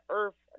earth